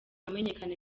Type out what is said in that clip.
wamenyekanye